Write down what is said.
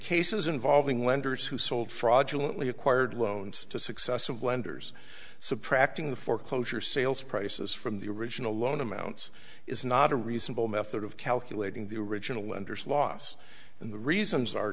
cases involving lenders who sold fraudulently acquired loans to successive lenders so practicing the foreclosure sales prices from the original loan amounts is not a reasonable method of calculating the original lender sloss and the reasons are